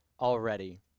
already